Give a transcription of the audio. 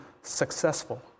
successful